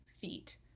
feet